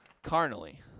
carnally